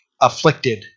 afflicted